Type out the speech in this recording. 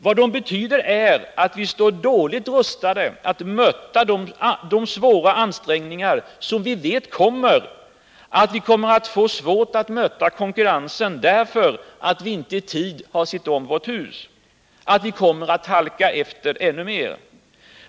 Vad det betyder är att vi står dåligt rustade att möta de svåra ansträngningar som vi vet kommer, att vi kommer att få svårt att möta konkurrensen därför att vi inte i tid sett om vårt hus, att vi kommer att halka efter ännu mer.